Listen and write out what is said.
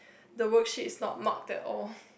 the worksheet's not marked at all